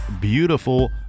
beautiful